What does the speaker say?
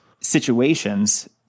situations